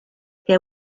què